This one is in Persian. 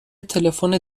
تلفن